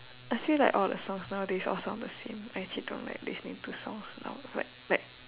I feel like all the songs nowadays all sound the same I actually don't like listening to songs now like like